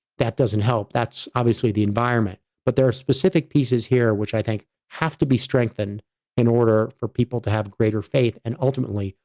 that doesn't help. that's obviously the environment. but there are specific pieces here which i think have to be strengthened in order for people to have greater faith, and ultimately,